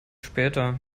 später